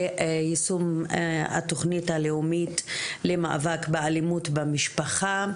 יישום התכנית הלאומית למאבק באלימות במשפחה.